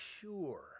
sure